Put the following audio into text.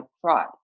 fraud